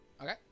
Okay